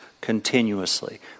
continuously